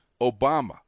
Obama